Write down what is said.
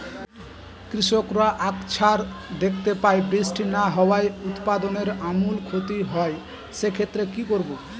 কৃষকরা আকছার দেখতে পায় বৃষ্টি না হওয়ায় উৎপাদনের আমূল ক্ষতি হয়, সে ক্ষেত্রে কি করব?